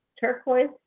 turquoise